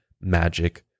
magic